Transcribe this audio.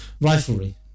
riflery